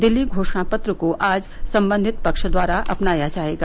दिल्ली घोषणा पत्र को आज संबंधित पक्ष द्वारा अपनाया जायेगा